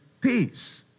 peace